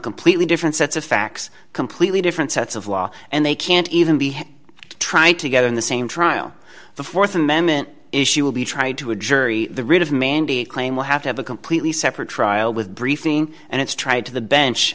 completely different sets of facts completely different sets of law and they can't even be tried to get in the same trial the th amendment issue will be tried to a jury the writ of mandy claim will have to have a completely separate trial with briefing and it's trying to the bench